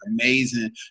amazing